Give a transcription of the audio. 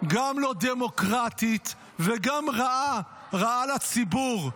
גם לא דמוקרטית וגם רעה, רעה לציבור.